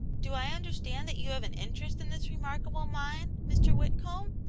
do i understand that you have an interest in this remarkable mine, mr. whitcomb?